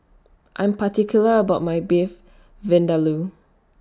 I'm particular about My Beef Vindaloo